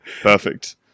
perfect